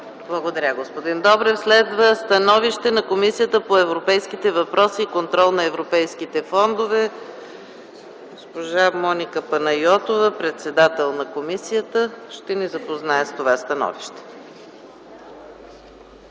Благодаря, господин Добрев. Следва становище на Комисията по европейските въпроси и контрол на европейските фондове – госпожа Моника Панайотова, председател на комисията, ще ни запознае с това становище.